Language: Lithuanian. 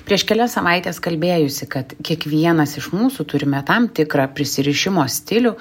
prieš kelias savaites kalbėjusi kad kiekvienas iš mūsų turime tam tikrą prisirišimo stilių